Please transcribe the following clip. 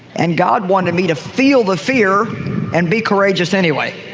and god wanted me to feel the fear and be courageous anyway,